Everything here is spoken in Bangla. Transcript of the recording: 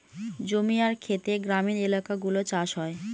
জমি আর খেতে গ্রামীণ এলাকাগুলো চাষ হয়